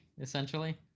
essentially